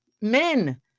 men